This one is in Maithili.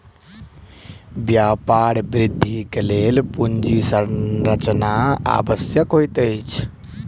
व्यापार वृद्धिक लेल पूंजी संरचना आवश्यक होइत अछि